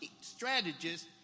strategist